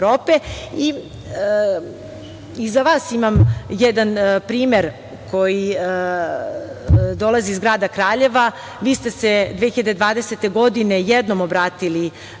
i za vas imam jedan primer koji dolazi iz grada Kraljeva. Vi ste se 2020. godine jednom obratili